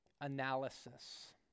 analysis